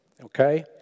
Okay